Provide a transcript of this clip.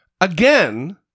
again